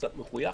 קצת מחויך?